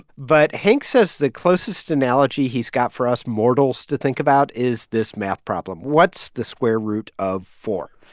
but hangst says the closest analogy he's got for us mortals to think about is this math problem. what's the square root of four?